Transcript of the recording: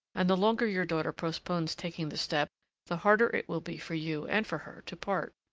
and the longer your daughter postpones taking the step, the harder it will be for you and for her to part.